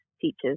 teachers